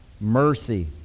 mercy